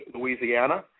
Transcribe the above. Louisiana